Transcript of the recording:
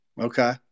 Okay